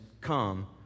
come